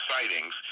sightings